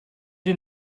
den